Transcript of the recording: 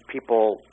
people